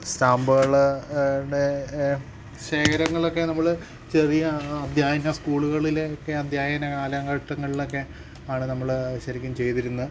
സ്റ്റാമ്പുകള് ടെ ശേഖരങ്ങളൊക്കെ നമ്മള് ചെറിയ അധ്യായന സ്കൂളുകളിലൊക്കെ അധ്യായന കാലഘട്ടങ്ങളിലൊക്കെ ആണ് നമ്മള് ശരിക്കും ചെയ്തിരുന്നത്